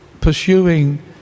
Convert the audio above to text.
pursuing